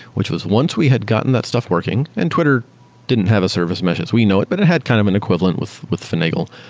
which was once we had gotten that stuff working and twitter didn't have a service mesh as we know it, but it had kind of an equivalent with with finagle,